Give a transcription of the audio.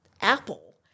Apple